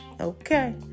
Okay